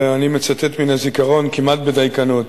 אני מצטט מן הזיכרון כמעט בדייקנות: